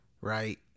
right